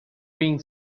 being